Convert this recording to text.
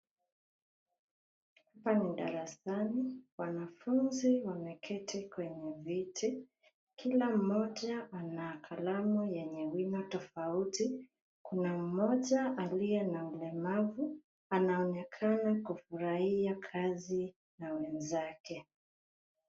Hapa ni darasani. Wanafunzi wameketi kwenye viti. Kila mmoja ana kalamu yenye wino tofauti. Kuna mmoja aliye na ulemavu: anaonekana kufurahia kazi ya wenzake.